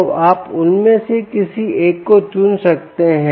तो आप उनमें से किसी एक को चुन सकते हैं